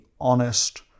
honest